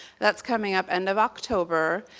that's coming up end of october,